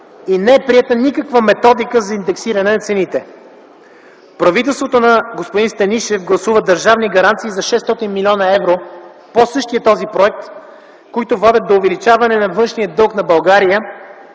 и не е приета никаква методика за индексиране на цените. Правителството на господин Станишев гласува държавни гаранции за 600 млн. евро по същия този проект, които водят до увеличаване на външния дълг на България